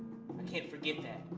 i can't forget that,